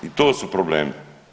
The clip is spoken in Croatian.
I to su problemi.